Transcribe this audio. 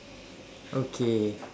okay